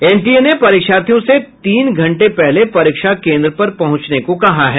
NTA ने परीक्षार्थियों से तीन घंटे पहले परीक्षा केन्द्र पर पहुंचने को कहा है